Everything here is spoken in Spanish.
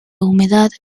humedad